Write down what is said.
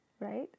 Right